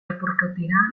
repercutirà